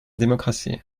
démocratie